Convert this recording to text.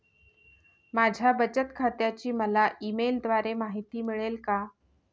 माझ्या बचत खात्याची मला ई मेलद्वारे माहिती मिळेल का?